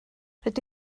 rydw